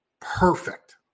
Perfect